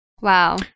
Wow